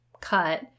Cut